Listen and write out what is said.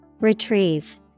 Retrieve